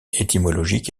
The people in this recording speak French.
étymologique